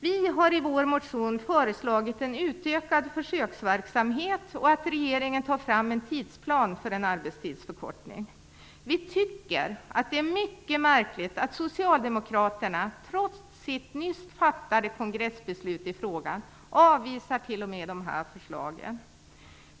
Vi har i vår motion föreslagit en utökad försöksverksamhet och att regeringen tar fram en tidsplan för en arbetstidsförkortning. Vi tycker att det är mycket märkligt att socialdemokraterna, trots sitt nyss fattade kongressbeslut i frågan, avvisar t.o.m. dessa förslag.